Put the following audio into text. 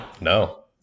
No